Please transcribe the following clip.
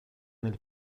nel